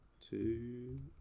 two